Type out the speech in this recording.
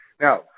Now